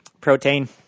Protein